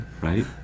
right